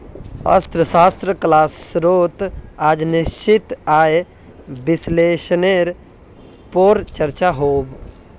अर्थशाश्त्र क्लास्सोत आज निश्चित आय विस्लेसनेर पोर चर्चा होल